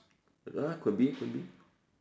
ah could be could be